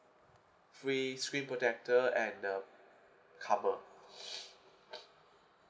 free screen protector and uh cover